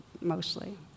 mostly